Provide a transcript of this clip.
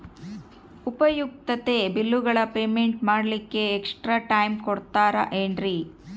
ಉಪಯುಕ್ತತೆ ಬಿಲ್ಲುಗಳ ಪೇಮೆಂಟ್ ಮಾಡ್ಲಿಕ್ಕೆ ಎಕ್ಸ್ಟ್ರಾ ಟೈಮ್ ಕೊಡ್ತೇರಾ ಏನ್ರಿ?